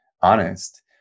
honest